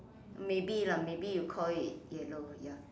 maybe lah maybe you call it yellow ya